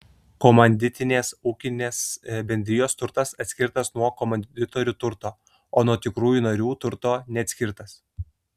komanditinės ūkinės bendrijos turtas atskirtas nuo komanditorių turto o nuo tikrųjų narių turto neatskirtas